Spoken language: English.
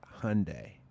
Hyundai